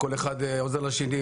שכל אחד עוזר לשני,